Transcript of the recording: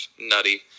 nutty